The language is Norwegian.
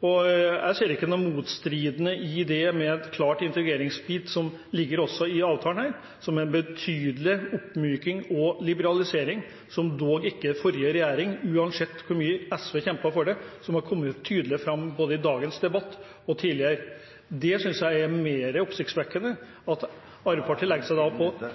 på. Jeg ser ikke noe motstridende i dette med en klar integreringsbit, som også ligger i denne avtalen, og som er en betydelig oppmykning og liberalisering – som dog ikke den forrige regjeringen gjorde, uansett hvor mye SV kjempet for det, noe som har kommet tydelig fram både i dagens debatt og tidligere. Jeg synes det er mer oppsiktsvekkende. Vi er uenige om forståelsen av hvorvidt